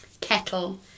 kettle